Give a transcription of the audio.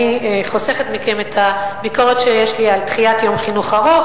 אני חוסכת מכם את הביקורת שיש לי על דחיית יום ארוך